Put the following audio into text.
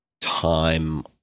time